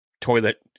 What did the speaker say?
toilet